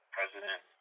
President